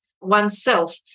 oneself